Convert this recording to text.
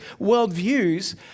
worldviews